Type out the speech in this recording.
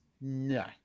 no